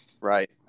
Right